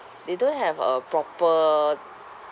they don't have a proper